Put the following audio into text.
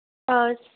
اَدٕ سا